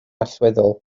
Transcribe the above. allweddol